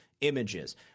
images